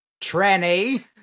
Tranny